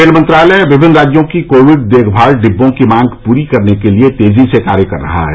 rail मंत्रालय विभिन्न राज्यों की कोविड देखभाल डिब्बों की मांग पूरी करने के लिए तेजी से कार्य कर रहा है